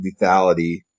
lethality